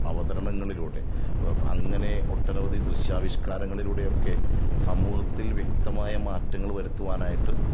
അവതരണങ്ങളിലൂടെ അങ്ങനെ ഒട്ടനവധി ദൃശ്യാവിഷ്കാരങ്ങളിലൂടെയൊക്കെ സമൂഹത്തിൽ വ്യക്തമായ മാറ്റങ്ങള് വരുത്തുവാനായിട്ട്